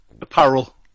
apparel